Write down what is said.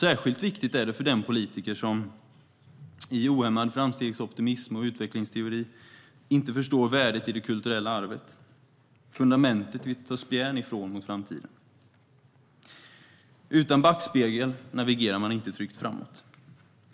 Särskilt viktigt är det för den politiker som, i ohämmad framstegsoptimism och utvecklingsteori, inte förstår värdet av det kulturella arvet, fundamentet vi tar spjärn ifrån mot framtiden. Utan backspegel navigerar man inte tryggt framåt.